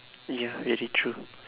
ya very true